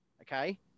okay